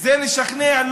זה לשכנע,